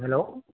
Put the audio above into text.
hello